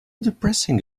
depressing